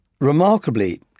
remarkably